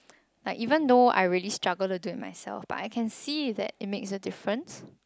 like even though I really struggle to do it myself but I can see that it makes a difference